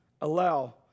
allow